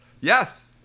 Yes